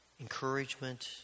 encouragement